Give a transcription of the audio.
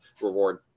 reward